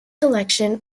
collection